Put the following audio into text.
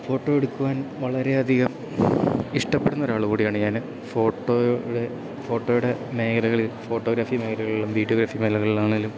photo എടുക്കുവാൻ വളരെയധികം ഇഷ്ടപ്പെടുന്നൊരാൾ കൂടിയാണ് ഞാൻ ഫോട്ടോയുടെ ഫോട്ടോയുടെ മേഖലകളിലും ഫോട്ടോഗ്രാഫി മേഖലകളിലും വീഡിയോഗ്രാഫി മേഖലകളിലാണെങ്കിലും